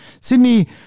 Sydney